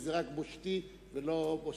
וזו רק בושתי ולא בושתם,